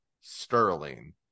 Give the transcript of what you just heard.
Sterling